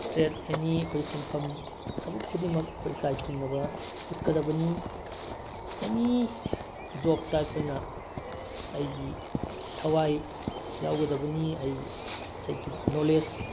trade ꯑꯦꯅꯤ ꯑꯩꯈꯣꯏ ꯁꯤꯟꯐꯝ ꯊꯕꯛ ꯈꯨꯗꯤꯡꯃꯛ ꯑꯩꯈꯣꯏ ꯏꯀꯥꯏ ꯈꯨꯝꯅꯕ ꯎꯠꯀꯗꯕꯅꯤ ꯑꯦꯅꯤ ꯖꯣꯞꯇ ꯑꯩꯈꯣꯏꯅ ꯑꯩꯒꯤ ꯊꯋꯥꯏ ꯌꯥꯎꯒꯗꯕꯅꯤ ꯑꯩ ꯑꯩꯒꯤ ꯅꯣꯂꯦꯖ